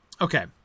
Okay